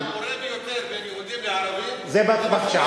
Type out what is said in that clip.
שיתוף הפעולה הפורה ביותר בין יהודים לערבים הוא בתחום הפשיעה.